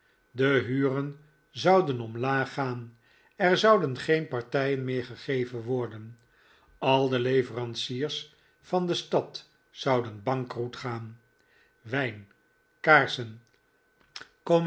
de huren zouden omlaag gaan er zouden geen partijen meer gegeven worden al de leveranciers van de stad zouden bankroet gaan wijn kaarsen